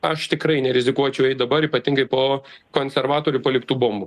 aš tikrai nerizikuočiau eit dabar ypatingai po konservatorių paliktų bombų